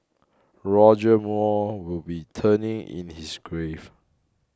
Roger Moore would be turning in his grave